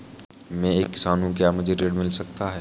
मैं एक किसान हूँ क्या मुझे ऋण मिल सकता है?